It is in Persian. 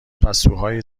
پستوهای